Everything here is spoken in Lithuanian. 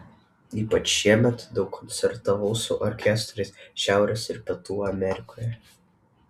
ypač šiemet daug koncertavau su orkestrais šiaurės ir pietų amerikoje